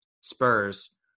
Spurs